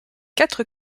quatre